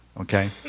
Okay